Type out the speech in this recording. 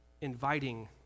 inviting